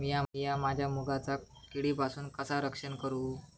मीया माझ्या मुगाचा किडीपासून कसा रक्षण करू?